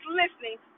listening